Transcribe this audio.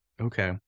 Okay